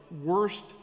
worst